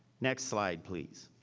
next slide please.